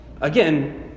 Again